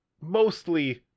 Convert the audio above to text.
mostly